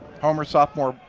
homer, sophomore,